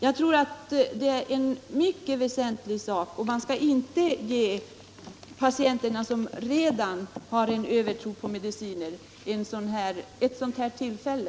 Jag tror att det är en mycket väsentlig sak, och man skall inte ge patienter som redan har en övertro på mediciner ett sådant här tillfälle.